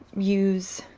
use